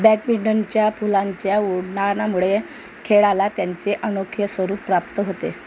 बॅडमिंटनच्या फुलांच्या ओडनानामुळे खेळाला त्यांचे अनोखे स्वरूप प्राप्त होते